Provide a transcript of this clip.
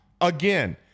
again